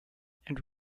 and